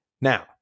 Now